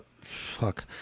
fuck